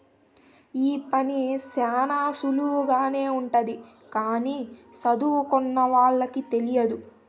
ఈ పని శ్యానా సులువుగానే ఉంటది కానీ సదువుకోనోళ్ళకి తెలియదు